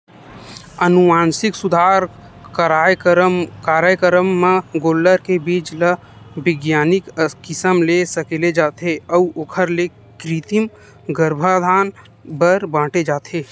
अनुवांसिक सुधार कारयकरम म गोल्लर के बीज ल बिग्यानिक किसम ले सकेले जाथे अउ ओखर ले कृतिम गरभधान बर बांटे जाथे